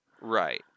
Right